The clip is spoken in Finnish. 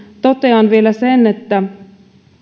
totean vielä sen että